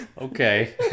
Okay